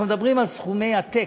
אנחנו מדברים על סכומי עתק,